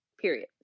Period